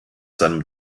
seinem